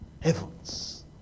heavens